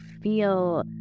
feel